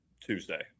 Tuesday